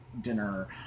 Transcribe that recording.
dinner